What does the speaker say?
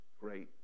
great